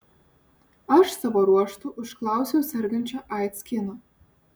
aš savo ruožtu užklausiau sergančio aids kino